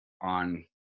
on